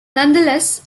nonetheless